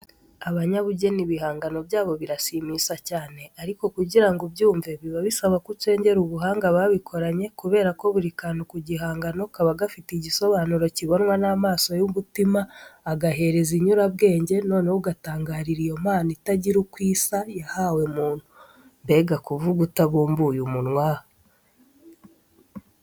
Abanyabugeni ibihangano byabo birashimisha cyane. Ariko kugira ngo ubyumve, biba bisaba ko ucengera ubuhanga babikoranye kubera ko buri kantu ku gihangano kaba gafite igisobanuro kibonwa n'amaso y'umutima, agahereza inyurabwenge, noneho ugatangarira iyo mpano itagira uko isa yahawe muntu. Mbega kuvuga utabumbuye umunwa!